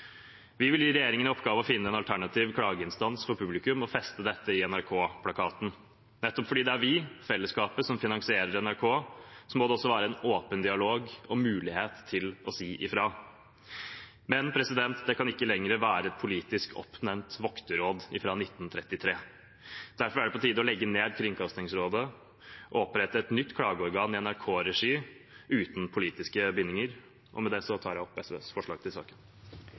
Vi vil gi regjeringen i oppgave å finne en alternativ klageinstans for publikum og feste dette i NRK-plakaten. Nettopp fordi det er vi, fellesskapet, som finansierer NRK, må det også være en åpen dialog og mulighet til å si fra. Men det kan ikke lenger være et politisk oppnevnt vokterråd fra 1933. Derfor er det på tide å legge ned Kringkastingsrådet og opprette et nytt klageorgan i NRK-regi, uten politiske bindinger. Med det tar jeg opp SVs forslag til saken.